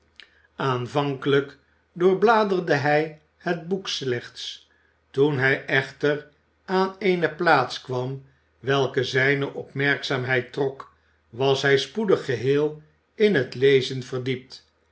aanvankelijk doorbladerde hij het boek slechts toen hij echter aan eene plaats kwam welke zijne opmerkzaamheid trok was hij spoedig geheel in het lezen verdiept